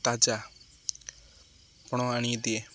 ତାଜାପଣ ଆଣଦିଏ